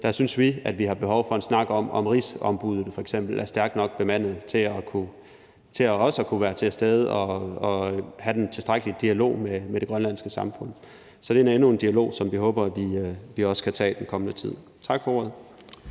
Der synes vi, at vi har behov for en snak om, om rigsombuddene f.eks. er stærkt nok bemandet til også at kunne være til stede og have den tilstrækkelige dialog med det grønlandske samfund. Så det er endnu en dialog, som vi håber vi også kan tage i den kommende tid. Tak for ordet.